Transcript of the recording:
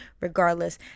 regardless